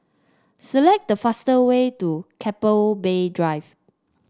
select the fastest way to Keppel Bay Drive